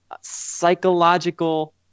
psychological